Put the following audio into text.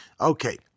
Okay